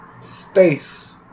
Space